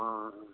অঁ